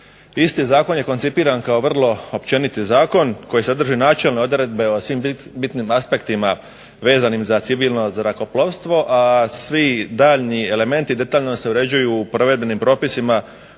Isti zakon je koncipiran kao vrlo općeniti zakon koji sadrži načelne odredbe o svim bitnim aspektima vezanim za civilno zrakoplovstvo, a svi daljnji elementi detaljno se uređuju u provedbenim propisima